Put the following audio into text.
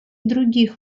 других